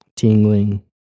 Tingling